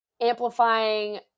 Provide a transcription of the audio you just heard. Amplifying